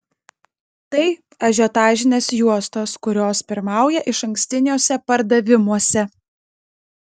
tai ažiotažinės juostos kurios pirmauja išankstiniuose pardavimuose